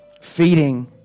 feeding